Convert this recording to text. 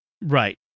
Right